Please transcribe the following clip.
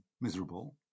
miserable